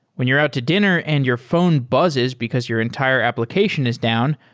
when you're out to dinner and your phone buzzes because your entire application is down,